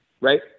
Right